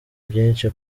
byinshi